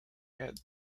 head